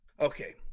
Okay